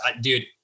Dude